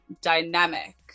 dynamic